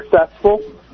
successful